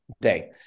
day